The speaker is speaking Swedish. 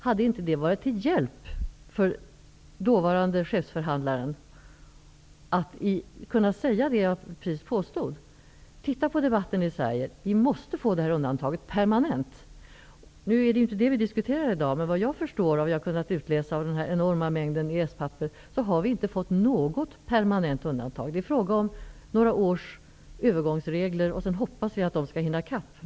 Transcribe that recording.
Hade det inte varit till hjälp för den dåvarande chefsförhandlaren att kunna säga: Se på debatten i Sverige, vi måste få det här undantaget permanent. Nu är det ju inte det vi diskuterar i dag, men vad jag har kunnat utläsa av den enorma mängden EES-papper, har vi inte fått något permanent undantag. Det är fråga om några års övergångsregler och vi hoppas att de skall hinna i kapp.